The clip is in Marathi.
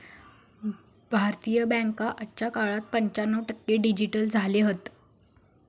भारतीय बॅन्का आजच्या काळात पंच्याण्णव टक्के डिजिटल झाले हत